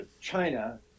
China